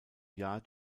jahr